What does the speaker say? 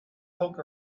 poke